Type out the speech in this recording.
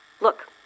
Look